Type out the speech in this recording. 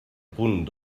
punt